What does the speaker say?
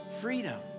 freedom